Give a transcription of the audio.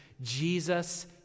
Jesus